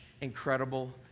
incredible